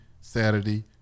Saturday